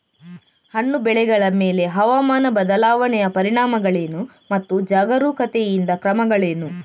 ಹಣ್ಣು ಬೆಳೆಗಳ ಮೇಲೆ ಹವಾಮಾನ ಬದಲಾವಣೆಯ ಪರಿಣಾಮಗಳೇನು ಮತ್ತು ಜಾಗರೂಕತೆಯಿಂದ ಕ್ರಮಗಳೇನು?